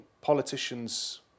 politicians